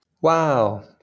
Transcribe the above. Wow